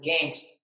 Games